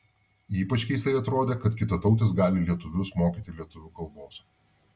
ypač keistai atrodė kad kitatautis gali lietuvius mokyti lietuvių kalbos